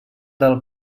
del